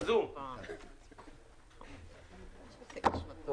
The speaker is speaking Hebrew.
הוא